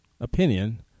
opinion